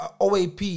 OAP